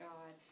God